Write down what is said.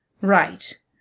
right